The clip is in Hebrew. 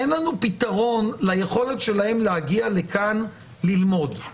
אין לנו פתרון ליכולת שלהם להגיע לכאן ללמוד,